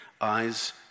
eyes